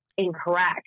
Incorrect